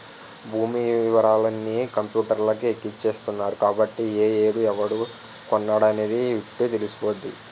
భూమి యివరాలన్నీ కంపూటర్లకి ఎక్కించేత్తరు కాబట్టి ఏ ఏడు ఎవడు కొన్నాడనేది యిట్టే తెలిసిపోద్దిరా